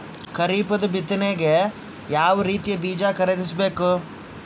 ಖರೀಪದ ಬಿತ್ತನೆಗೆ ಯಾವ್ ರೀತಿಯ ಬೀಜ ಖರೀದಿಸ ಬೇಕು?